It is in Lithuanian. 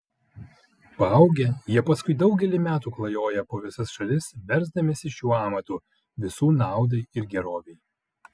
paaugę jie paskui daugelį metų klajoja po visas šalis versdamiesi šiuo amatu visų naudai ir gerovei